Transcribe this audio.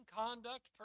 conduct